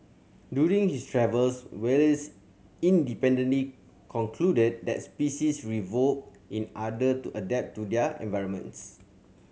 during his travels Wallace independently concluded that species revolve in other to adapt to their environments